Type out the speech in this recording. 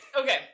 Okay